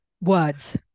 words